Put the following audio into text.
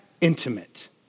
intimate